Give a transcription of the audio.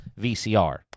VCR